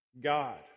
God